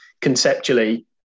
conceptually